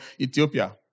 Ethiopia